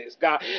God